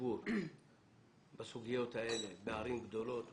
ציבור בסוגיות האלה בערים גדולות ומורכבות.